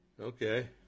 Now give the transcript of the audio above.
Okay